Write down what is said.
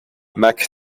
mac